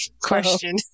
question